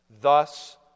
Thus